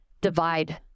divide